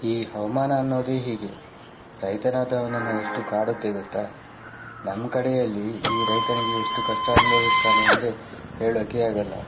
ಈ ಹವಾಮಾನ ಅನ್ನೋದೇ ಹೀಗೆ ರೈತನಾದವನನ್ನ ಎಷ್ಟು ಕಾಡುತ್ತೆ ಗೊತ್ತಾ ನಮ್ಮ ಕಡೆಯಲ್ಲಿ ಈ ರೈತನಿಗೆ ಎಷ್ಟು ಕಷ್ಟ ಅನುಭವಿಸ್ತಾನೆ ಅಂದರೆ ಹೇಳೋಕ್ಕೇ ಆಗಲ್ಲ